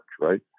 right